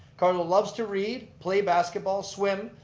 carlo loves to read, play basketball, swim,